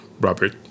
Robert